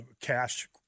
cash